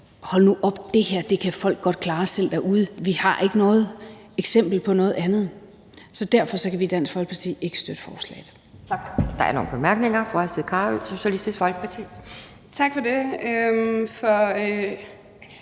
hold nu op! Det her kan folk godt klare selv derude. Vi har ikke nogen eksempler på noget andet. Så derfor kan vi i Dansk Folkeparti ikke støtte forslaget.